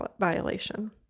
violation